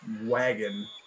wagon